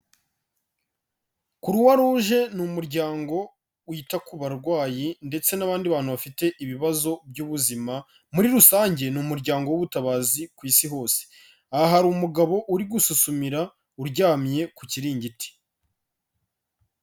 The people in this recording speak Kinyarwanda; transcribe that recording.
Croix rouge ni umuryango wita ku barwayi ndetse n'abandi bantu bafite ibibazo by'ubuzima muri rusange ni umuryango w'ubutabazi ku Isi hose, aha hari umugabo uri gususumira uryamye ku kiringiti.